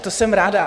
To jsem ráda.